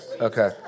Okay